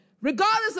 Regardless